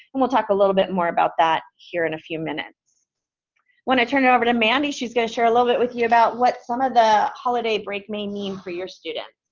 and we'll talk a little bit more about that here in a few minutes when i turn it over to mandy. she's going to share a little bit with you about what some of the holiday break may mean for your students.